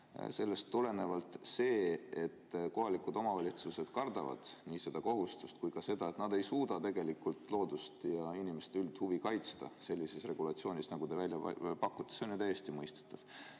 Sellest tulenevalt on see, et kohalikud omavalitsused kardavad nii seda kohustust kui ka seda, et nad ei suuda tegelikult loodust ja inimeste üldhuvi kaitsta sellises regulatsioonis, nagu te välja pakute, ju täiesti mõistetav.